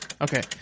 Okay